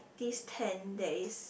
this tent there is